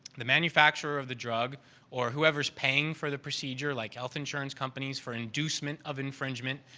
the manufacturer of the drug or whoever is paying for the procedure like health insurance companies for inducement of infringement,